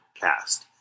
cast